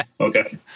Okay